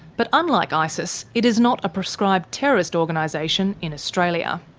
but unlike isis it is not a proscribed terrorist organisation in australia.